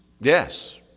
yes